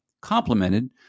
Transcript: complemented